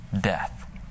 death